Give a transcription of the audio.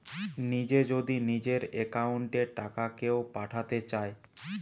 নিজে যদি নিজের একাউন্ট এ টাকা কেও পাঠাতে চায়